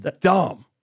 Dumb